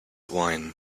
wine